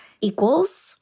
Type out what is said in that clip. equals